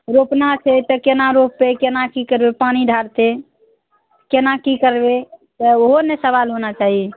रोपना छै तऽ केना रोपबै केना की करबै पानि ढारतै केना की करबै तऽ ओहो ने सवाल होना चाही